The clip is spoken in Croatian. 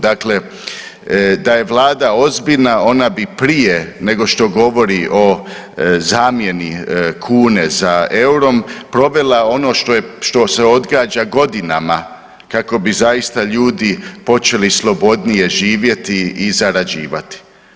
Dakle, da je vlada ozbiljna ona bi prije nego što govori o zamjeni kune za EUR-om provela ono što se odgađa godinama kako bi zaista ljudi počeli slobodnije živjeti i zarađivati.